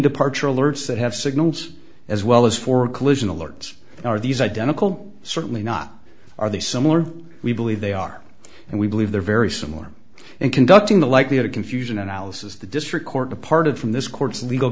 departure alerts that have signals as well as for collision alerts are these identical certainly not are they similar we believe they are and we believe they're very similar in conducting the likelihood of confusion analysis the district court departed from this court's legal